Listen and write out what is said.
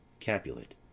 Capulet